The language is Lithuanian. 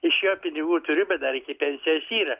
iš jo pinigų turiu bet dar iki pensijos yra